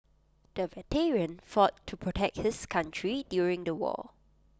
the veteran fought to protect his country during the war